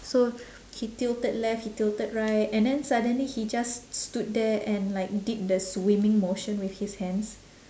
so he tilted left he tilted right and then suddenly he just stood there and like did the swimming motion with his hands